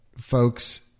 Folks